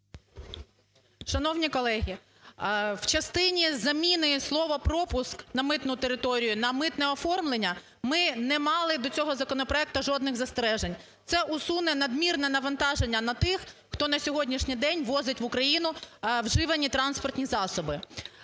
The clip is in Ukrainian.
Шановні колеги, в частині заміни слова "пропуск" на митну територію на "митне оформлення" ми не мали до цього законопроекту жодних застережень. Це усуне надмірне навантаження на тих, хто на сьогоднішній день ввозить в Україну вживані транспортні засоби.